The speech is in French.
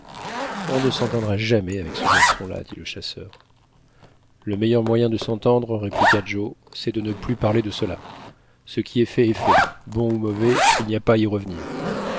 on ne s'entendra jamais avec ce garçon-là dit le chasseur le meilleur moyen de s'entendre répliqua joe c'est de ne plus parler de cela ce qui est fait est fait bon ou mauvais il n'y a pas à y revenir